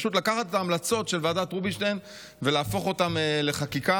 פשוט לקחת את ההמלצות של ועדת רובינשטיין ולהפוך אותן לחקיקה.